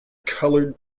colored